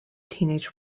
teenage